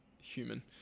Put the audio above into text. human